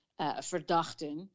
verdachten